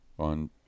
on